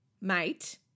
mate